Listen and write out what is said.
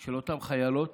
של אותן חיילות